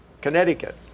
Connecticut